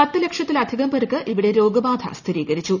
പത്ത് ലക്ഷത്തിലധികം പേർക്ക് ഇവിടെ രോഗബാധ സ്ഥിരീക്കരിച്ചു